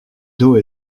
dos